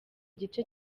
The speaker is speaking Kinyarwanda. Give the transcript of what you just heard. gice